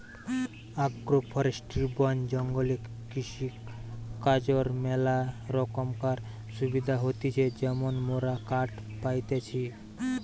agro forestry বন জঙ্গলে কৃষিকাজর ম্যালা রোকমকার সুবিধা হতিছে যেমন মোরা কাঠ পাইতেছি